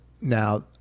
Now